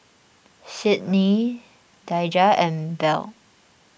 Cydney Daija and Bell